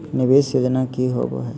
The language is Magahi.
निवेस योजना की होवे है?